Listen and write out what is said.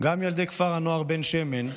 גם ילדי כפר הנוער בן שמן,